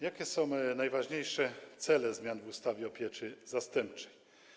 Jakie są najważniejsze cele zmian w ustawie o systemie pieczy zastępczej?